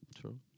True